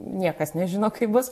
niekas nežino kaip bus